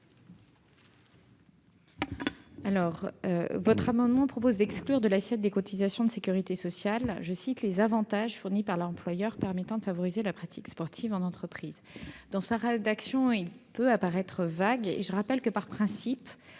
Cet amendement vise à exclure de l'assiette des cotisations de sécurité sociale les « avantages fournis par l'employeur afin de favoriser la pratique sportive en entreprise ». Cette rédaction peut apparaître vague. Je rappellerai que, par principe,